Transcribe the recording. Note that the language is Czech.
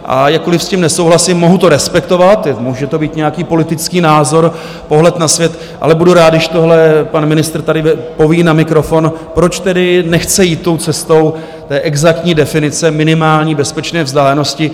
A jakkoliv s tím nesouhlasím, mohu to respektovat, může to být nějaký politický názor, pohled na svět, ale budu rád, když tohle pan ministr tady poví na mikrofon, proč tedy nechce jít tou cestou té exaktní definice minimální bezpečné vzdálenosti.